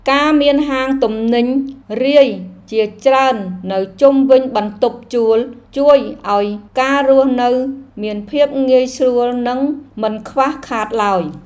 ការមានហាងទំនិញរាយជាច្រើននៅជុំវិញបន្ទប់ជួលជួយឱ្យការរស់នៅមានភាពងាយស្រួលនិងមិនខ្វះខាតឡើយ។